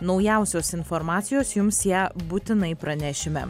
naujausios informacijos jums ją būtinai pranešime